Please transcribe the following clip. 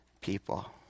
people